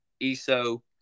ESO